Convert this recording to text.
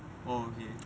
orh okay